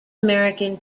american